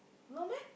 no meh